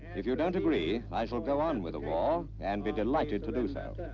if you don't agree, i shall go on with the war and be delighted to do so.